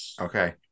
Okay